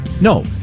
No